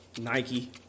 Nike